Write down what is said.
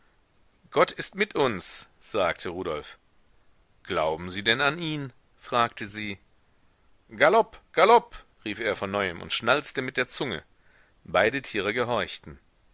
gott ist mit uns sagte rudolf glauben sie denn an ihn fragte sie galopp galopp rief er von neuem und schnalzte mit der zunge beide tiere gehorchten